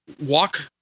walk